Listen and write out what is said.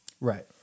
Right